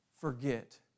forget